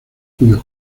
cuyos